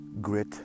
grit